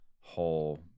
whole